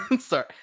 sorry